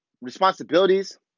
responsibilities